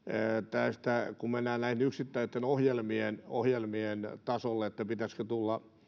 tästä kun mennään näiden yksittäisten ohjelmien ohjelmien tasolle pitäisikö tulla